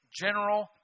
general